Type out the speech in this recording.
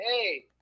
hey